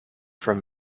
from